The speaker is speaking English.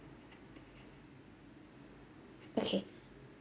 okay